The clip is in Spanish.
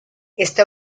esta